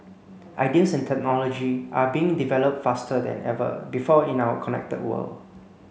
ideas and technology are being developed faster than ever before in our connected world